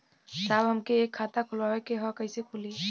साहब हमके एक खाता खोलवावे के ह कईसे खुली?